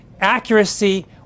Accuracy